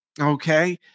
Okay